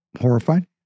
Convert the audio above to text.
horrified